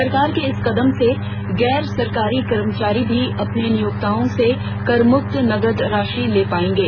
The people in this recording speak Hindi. सरकार के इस कदम से गैर सरकारी कर्मचारी भी अपने नियोक्ताओं से करमुक्त नकद राशि ले पाएंगे